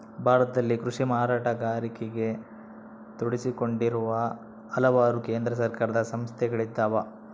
ಭಾರತದಲ್ಲಿ ಕೃಷಿ ಮಾರಾಟಗಾರಿಕೆಗ ತೊಡಗಿಸಿಕೊಂಡಿರುವ ಹಲವಾರು ಕೇಂದ್ರ ಸರ್ಕಾರದ ಸಂಸ್ಥೆಗಳಿದ್ದಾವ